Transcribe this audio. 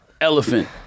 Elephant